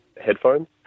headphones